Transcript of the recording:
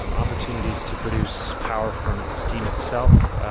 um opportunities to produce power from steam itself,